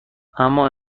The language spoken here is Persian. اما